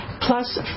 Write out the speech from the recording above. plus